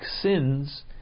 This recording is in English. sins